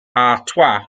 artois